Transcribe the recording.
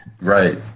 Right